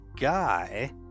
guy